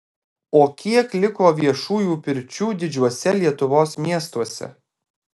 o kiek liko viešųjų pirčių didžiuose lietuvos miestuose